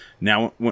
Now